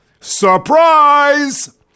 Surprise